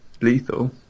lethal